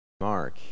Mark